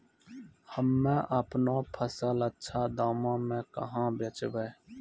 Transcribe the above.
हम्मे आपनौ फसल अच्छा दामों मे कहाँ बेचबै?